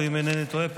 אם אינני טועה,